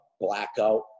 Blackout